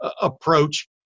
approach